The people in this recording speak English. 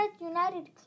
United